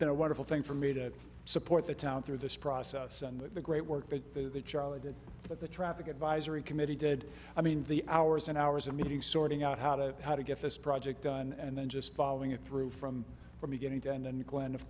a wonderful thing for me to support the town through this process and the great work that charlie did with the traffic advisory committee did i mean the hours and hours of meetings sorting out how to how to get this project done and then just following it through from from beginning to end and glenn of